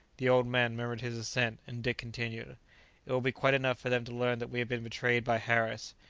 the old man murmured his assent, and dick continued it will be quite enough for them to learn that we have been betrayed by harris,